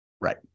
Right